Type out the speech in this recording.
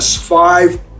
five